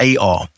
AR